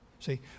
See